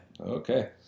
Okay